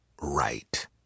right